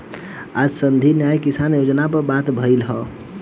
आज संघीय न्याय किसान योजना पर बात भईल ह